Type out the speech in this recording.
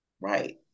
Right